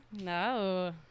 no